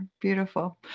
Beautiful